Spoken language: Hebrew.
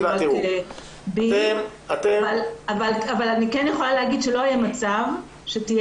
אני כן יכולה להגיד שלא יהיה מצב שתהיה